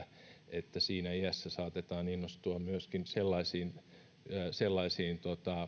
että siinä iässä saatetaan innostua myöskin sellaisiin sellaisiin